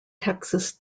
texas